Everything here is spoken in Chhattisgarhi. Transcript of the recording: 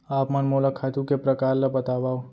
आप मन मोला खातू के प्रकार ल बतावव?